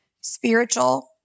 spiritual